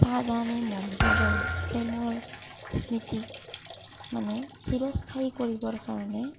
ছাহজাহানে মমতাজৰ প্ৰেমৰ স্মৃতিক মানে চিৰস্থায়ী কৰিবৰ কাৰণে